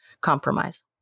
compromise